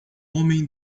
homem